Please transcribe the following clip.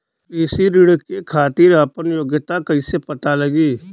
कृषि ऋण के खातिर आपन योग्यता कईसे पता लगी?